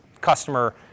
customer